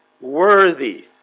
worthy